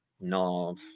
no